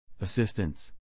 Assistance